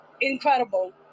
incredible